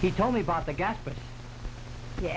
he told me about the gap but yeah